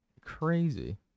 Crazy